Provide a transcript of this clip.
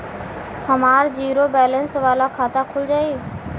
हमार zero balance वाला खाता खुल जाई?